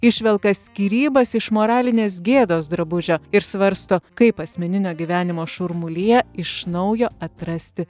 išvelka skyrybas iš moralinės gėdos drabužio ir svarsto kaip asmeninio gyvenimo šurmulyje iš naujo atrasti